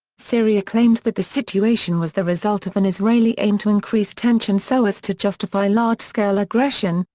syria claimed that the situation was the result of an israeli aim to increase tension so as to justify large-scale aggression,